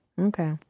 Okay